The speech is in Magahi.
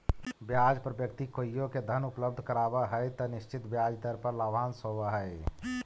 ब्याज पर व्यक्ति कोइओ के धन उपलब्ध करावऽ हई त निश्चित ब्याज दर पर लाभांश होवऽ हई